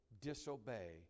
disobey